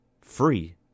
free